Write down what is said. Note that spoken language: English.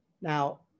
Now